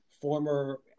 former